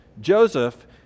Joseph